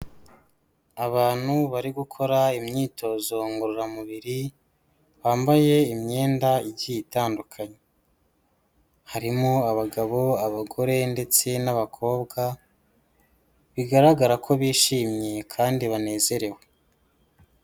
Abantu bari gukora imyitozo ngororamubiri, bambaye imyenda igiye itandukanye. Harimo abagabo, abagore ndetse n'abakobwa, bigaragara ko bishimye kandi banezerewe.